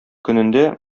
көнендә